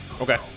Okay